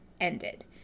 ended